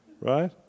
Right